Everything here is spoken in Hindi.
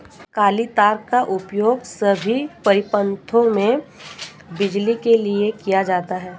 काली तार का उपयोग सभी परिपथों में बिजली के लिए किया जाता है